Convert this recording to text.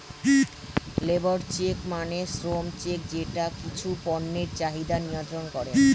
labour check মানে শ্রম check যেটা কিছু পণ্যের চাহিদা নিয়ন্ত্রন করে